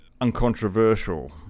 uncontroversial